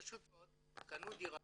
פשוט מאוד קנו דירה,